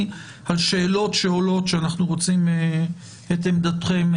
על שאלות שעולות ואנחנו רוצים את עמדתכם,